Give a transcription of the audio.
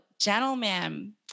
gentlemen